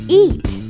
eat